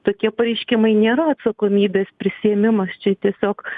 tokie pareiškimai nėra atsakomybės prisiėmimas čia tiesiog